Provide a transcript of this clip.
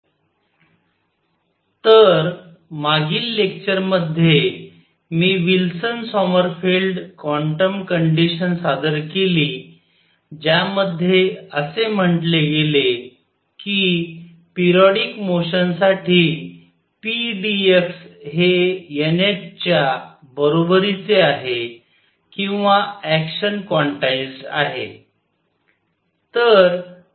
Wilson Sommerfeld quantum condition II particle moving in a Coulomb potential in a plane and related quantum numbers तर मागील लेक्चरमध्ये मी Wilson Sommerfeld quantum condition सादर केली ज्यामध्ये असे म्हटले गेले की पेरियॉडिक मोशनसाठी p d x हे nh च्या बरोबरीचे आहे किंवा ऍक्शन क्वांटाइज्ड आहे